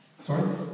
Sorry